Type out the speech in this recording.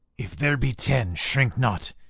if there be ten, shrink not,